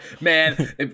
man